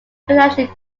financially